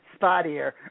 spottier